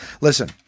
Listen